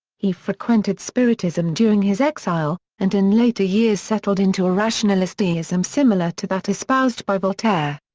he frequented spiritism during his exile, and in later years settled into a rationalist deism similar to that espoused by voltaire.